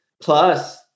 plus